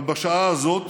אבל בשעה הזאת,